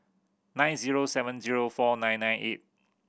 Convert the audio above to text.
nine zero seven zero four nine nine eight